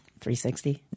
360